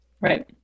right